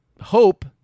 hope